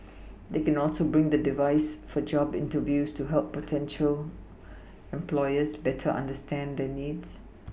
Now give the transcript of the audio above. they can also bring the device for job interviews to help potential employers better understand their needs